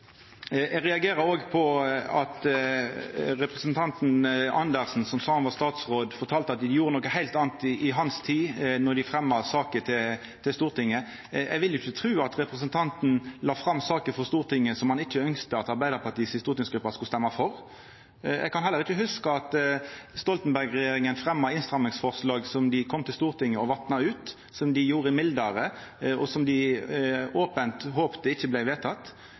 Eg reagerer òg på at representanten Andersen sa at i hans tid som statsråd gjorde dei noko heilt anna når dei fremja saker for Stortinget. Eg vil ikkje tru at representanten la fram saker for Stortinget som han ikkje ønskte at Arbeidarpartiet si stortingsgruppe skulle stemma for. Eg kan heller ikkje hugsa at Stoltenberg-regjeringa fremja innstrammingsforslag som dei kom til Stortinget og vatna ut, som dei gjorde mildare, og som dei ope håpte ikkje